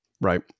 Right